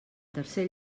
tercer